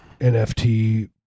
NFT